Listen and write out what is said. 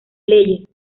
leyes